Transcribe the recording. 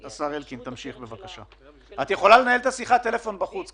הקרן --- את יכולה לנהל את שיחת הטלפון בחוץ,